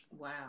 Wow